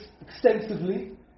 extensively